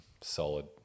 solid